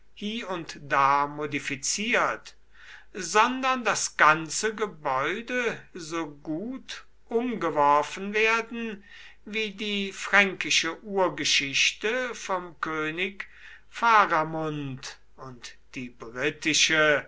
und da modifiziert sondern das ganze gebäude so gut umgeworfen werden wie die fränkische urgeschichte vom könig pharamund und die britische